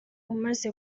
umaze